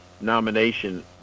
nomination